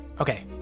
Okay